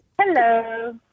Hello